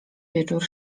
wieczór